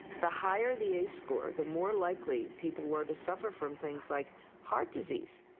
the higher the ace score, the more likely people were to suffer from things like heart disease,